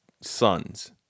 sons